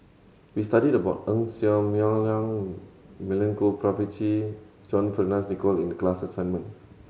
we studied about Ng Ser Miang Milenko Prvacki John Fearns Nicoll in the class assignment